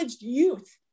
youth